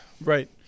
Right